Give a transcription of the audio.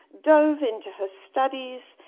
dove into her studies,